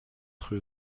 rue